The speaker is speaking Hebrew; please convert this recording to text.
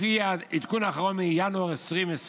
לפי העדכון האחרון מינואר 2020,